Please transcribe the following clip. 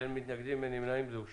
אין מתנגדים ואין נמנעים, הסעיף אושר.